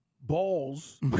balls